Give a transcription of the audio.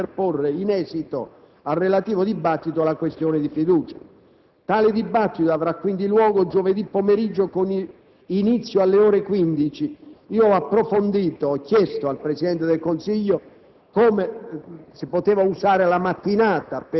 sulla situazione politica, comunicando altresì di voler porre, in esito al relativo dibattito, la questione di fiducia. Tale dibattito avrà quindi luogo giovedì pomeriggio con inizio alle ore 15. Ho chiesto al Presidente del Consiglio